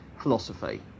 philosophy